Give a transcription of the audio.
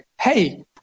hey